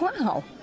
Wow